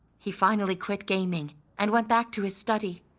he finally quit gaming and went back to his study.